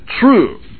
true